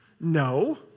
no